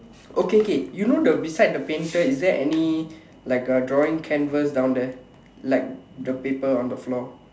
okay K K you know the beside the painter is there any like a drawing canvas down there like the paper on the floor